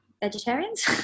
vegetarians